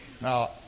Now